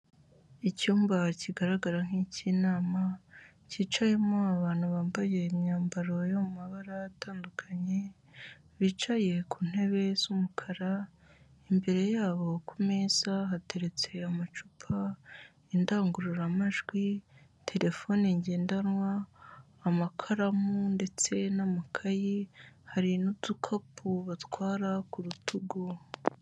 Icyumba kigaragara nk'inama cyicayemo abantu bambaye imyambaro y'a mabara atandukanye ,bicaye ku ntebe z'umukara imbere yabo kumeza hateretse amacupa ,indangururamajwi ,terefone ngendanwa, amakaramu ndetse n'amakayi hari n'udukapu batwara ku rutugu.